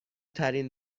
ترین